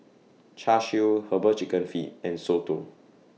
Char Siu Herbal Chicken Feet and Soto